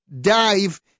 dive